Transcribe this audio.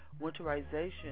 Winterization